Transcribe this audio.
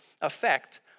affect